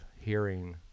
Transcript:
hearing